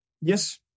Yes